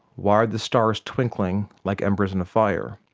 why are the stars twinkling like embers in a fire?